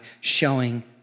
showing